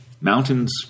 mountains